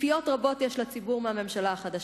ציפיות רבות יש לציבור מהממשלה החדשה.